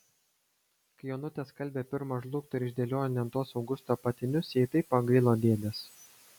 kai onutė skalbė pirmą žlugtą ir išdėliojo ant lentos augusto apatinius jai taip pagailo dėdės